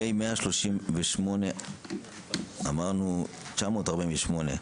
פ/1793/25, פ/1888/25, פ/138/25,